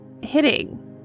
hitting